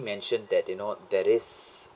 mentioned that you know there is